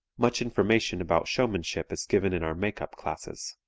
much information about showmanship is given in our makeup classes.